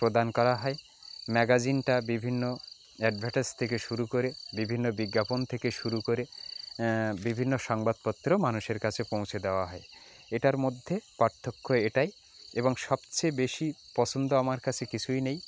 প্রদান করা হয় ম্যাগাজিনটা বিভিন্ন অ্যাডভেটাস থেকে শুরু করে বিভিন্ন বিজ্ঞাপন থেকে শুরু করে বিভিন্ন সাংবাদপত্র মানুষের কাছে পৌঁছে দেওয়া হয় এটার মধ্যে পার্থক্য এটাই এবং সবচেয়ে বেশি পছন্দ আমার কাছে কিছুই নেই